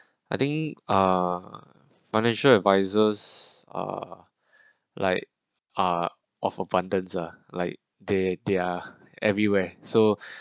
I think uh financial advisers uh like ah of abundance lah like they they're everywhere so